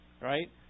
right